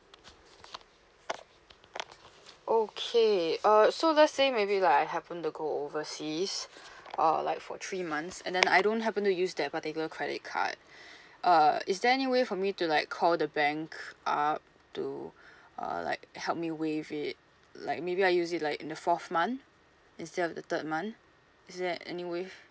okay uh so let's say maybe like I happen to go overseas uh like for three months and then I don't happen to use that particular credit card uh is there any way for me to like call the bank uh to uh like help me waive it like maybe I use it like in the fourth month instead of the third month is there any waive